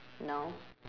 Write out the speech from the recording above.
no